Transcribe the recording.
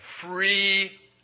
free